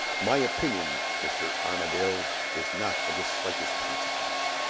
my opinion, mr. armadale, is not of the slightest consequence.